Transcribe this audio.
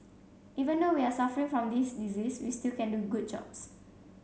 even though we are suffering from this disease we still can do good jobs